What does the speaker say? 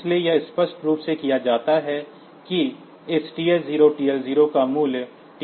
इसलिए यह स्पष्ट रूप से किया जाता है कि इस TH0 TL0 का मूल्य TH0 38 h हो जाता है